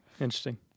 interesting